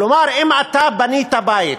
כלומר, אם אתה בנית בית